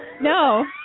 No